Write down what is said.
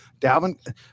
Dalvin